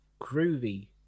groovy